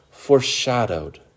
foreshadowed